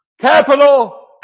capital